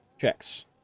checks